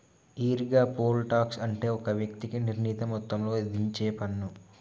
ఈరిగా, poll tax అంటే ఒక వ్యక్తికి నిర్ణీత మొత్తంలో ఇధించేపన్ను